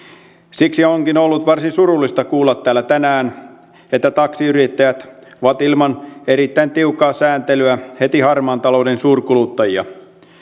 siksi onkin ollut varsin surullista kuulla täällä tänään että taksiyrittäjät ovat ilman erittäin tiukkaa sääntelyä heti harmaan talouden suurkuluttajia